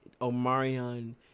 Omarion